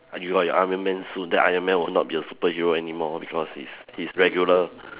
uh you are in your iron man suit then iron man will not be a superhero anymore because he's he's regular